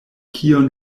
kion